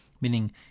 meaning